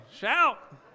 Shout